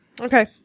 Okay